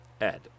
ed